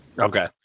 Okay